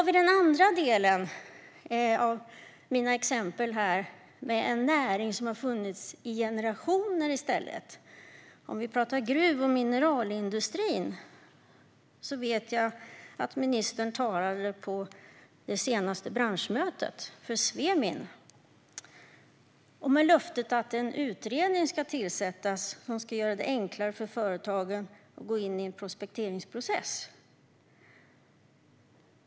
Mitt andra exempel är en näring som har funnits i generationer: gruv och mineralindustrin. Jag vet att ministern talade på det senaste branschmötet för Svemin, med löftet att en utredning ska tillsättas som ska göra det enklare för företagen att gå in i en prospekteringsprocess.